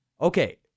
okay